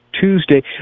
Tuesday